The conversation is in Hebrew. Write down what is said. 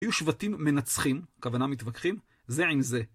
היו שבטים מנצחים, הכוונה מתווכחים, זה עם זה.